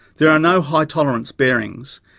there are no high tolerance bearings,